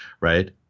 Right